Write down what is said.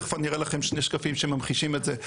תיכף אני אראה לכם שני שקפים שממחישים את זה,